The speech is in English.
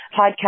podcast